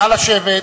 נא לשבת.